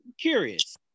curious